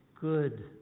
good